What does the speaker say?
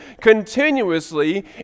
continuously